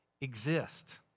exist